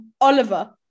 Oliver